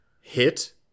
hit